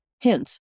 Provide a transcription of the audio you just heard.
hence